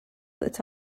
that